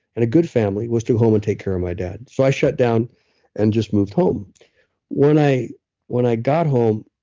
and a good family was to go home and take care of my dad. so, i shut down and just moved home when i when i got home,